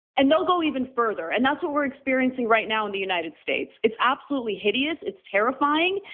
and they'll go even further, and that's what we're experiencing right now in the united states. it's absolutely hideous, it's terrifying,